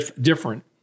different